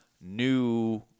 new